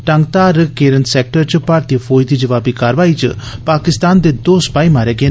Tangdhar Keran sector च भारतीय फौजें दी जवाबी कार्यवाई च पाकिस्तान दे दो सपाई मारे गे